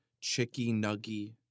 chicky-nuggy